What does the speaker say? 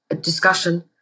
discussion